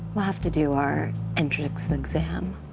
we'll have to do our entrance exam.